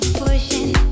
pushing